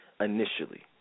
initially